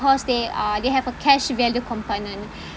they uh they have a cash value component